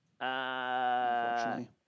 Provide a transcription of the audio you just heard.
Unfortunately